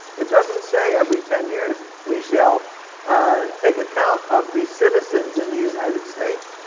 it doesn't say, every ten years we shall ah take account of these citizens in the united states.